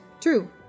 True